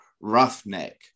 Roughneck